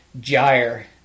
Gyre